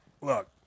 Look